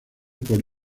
por